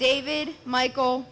david michael